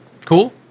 Cool